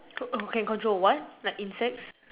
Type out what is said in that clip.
to oh can control what like insects